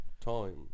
time